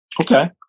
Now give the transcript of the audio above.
Okay